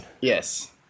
Yes